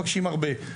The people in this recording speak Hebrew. תומר גואטה, בבקשה.